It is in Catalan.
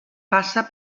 passa